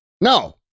No